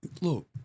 Look